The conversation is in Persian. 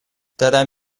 دلم